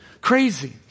crazy